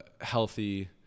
healthy